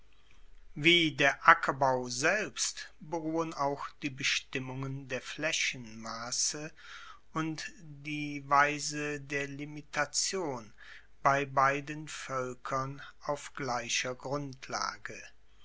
wie der ackerbau selbst beruhen auch die bestimmungen der flaechenmasse und die weise der limitation bei beiden voelkern auf gleicher grundlage